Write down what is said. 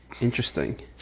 Interesting